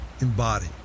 embody